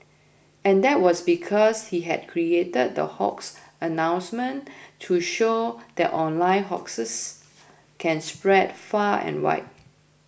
and that was because he had created the hoax announcement to show that online hoaxes can spread far and wide